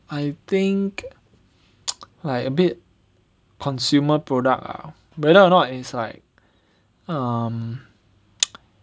I think like a bit consumer product ah whether or not is like um